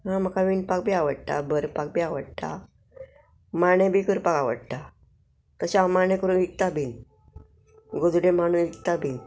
हां म्हाका विणपाक बी आवडटा बरपाक बी आवडटा मांडे बी करपाक आवडटा तशें हांव माणें करून विकता बीन गोजडे माणून विकता बीन